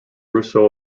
rousseau